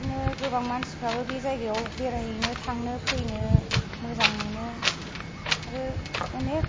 बिदिनो गोबां मानसिफ्राबो बे जायगायाव बेरायहैनो थांनो फैनो मोजां मोनो आरो गोबां